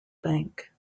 bank